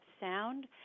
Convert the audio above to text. sound